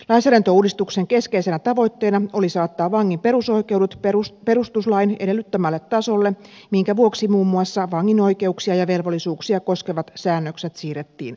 lainsäädäntöuudistuksen keskeisenä tavoitteena oli saattaa vangin perusoikeudet perustuslain edellyttämälle tasolle minkä vuoksi muun muassa vangin oikeuksia ja velvollisuuksia koskevat säännökset siirrettiin lakiin